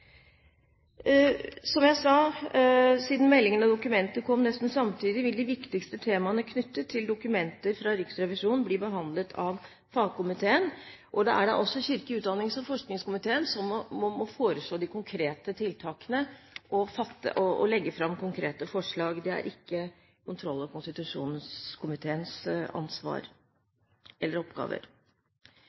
Som jeg sa, siden meldingen og dokumentet kom nesten samtidig, vil de viktigste temaene knyttet til dokumenter fra Riksrevisjonen bli behandlet av fagkomiteen. Det er kirke-, utdannings- og forskningskomiteen som må foreslå de konkrete tiltakene og legge fram konkrete forslag. Det er ikke kontroll- og konstitusjonskomiteens ansvar eller